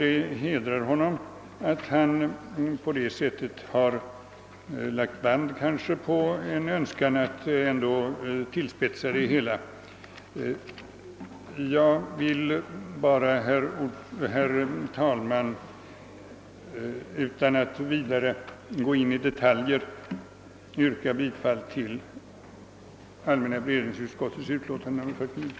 Det hedrar honom att han på det sättet har lagt band på en eventuell önskan att tillspetsa det hela. Jag vill bara, herr talman, utan att vidare gå in i detaljer yrka bifall till allmänna beredningsutskottets hemställan i dess utlåtande nr 40.